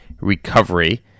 recovery